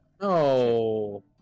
No